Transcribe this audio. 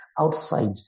outside